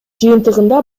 жыйынтыгында